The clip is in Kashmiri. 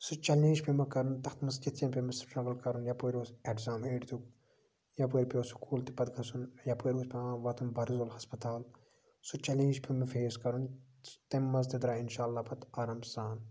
سُہ چیلینج پیوٚو مےٚ کرُن تَتھ منٛز کِتھ کَنۍ پیوٚو مےٚ سٔٹرَگٔل کَرُن یپٲرۍ اوس اٮ۪کزام ایٹھتُک یَپٲرۍ پیوٚو سٔکوٗل تہِ پَتہ گژھُن یَپٲری اوس پیوان واتُن برزُل ہَسپَتال سُہ چیلینج پیوو مےٚ فیس کَرُن تَمہِ منٛز تہِ دراے اِنشاللہ پَتہٕ آرام سان